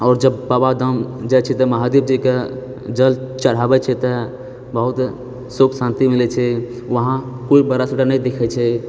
आओर जब बाबाधाम जाय छियै तऽ महादेव जी कऽ जल चढ़ाबै छियै तऽ बहुत सुख शांति मिलै छै वहांँ कोइ बड़ा छोटा नहि दिखै छै